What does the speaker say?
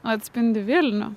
atspindi vilnių